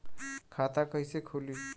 खाता कइसे खुली?